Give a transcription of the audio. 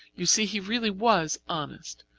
you see he really was honest.